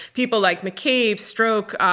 people like mccabe, strock,